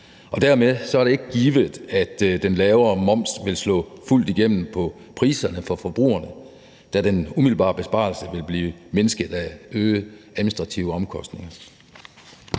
Dermed er det ikke givet, at den lavere moms vil slå fuldt igennem på priserne for forbrugerne, da den umiddelbare besparelse vil blive mindsket af øgede administrative omkostninger.